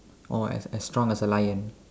or as as strong as a lion